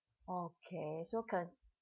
okay so c~